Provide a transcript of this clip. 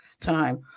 time